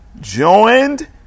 joined